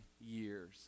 years